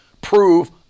prove